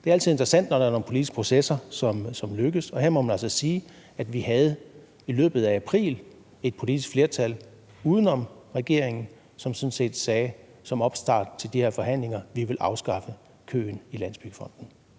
Det er altid interessant, når der er nogle politiske processer, som lykkes, og her må man altså sige, at vi i løbet af april havde et politisk flertal uden om regeringen, som sådan set sagde som opstart til de her forhandlinger, at de ville afskaffe køen i Landsbyggefonden.